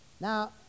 Now